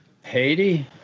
Haiti